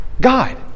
God